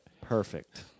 Perfect